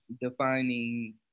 defining